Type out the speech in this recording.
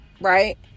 Right